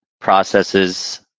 processes